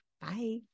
Bye